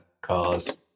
cars